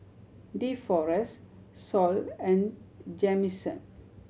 Deforest Sol and Jamison